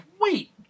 wait